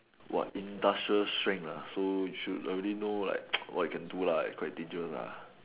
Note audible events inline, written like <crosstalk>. what industrial strength ah so should already know like <noise> what it can do lah quite dangerous lah